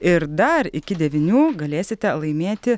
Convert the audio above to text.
ir dar iki devynių galėsite laimėti